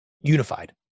unified